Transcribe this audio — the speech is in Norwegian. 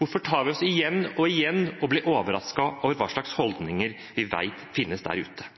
Hvorfor tar vi oss igjen og igjen i å bli overrasket over hva slags holdninger vi vet finnes der ute?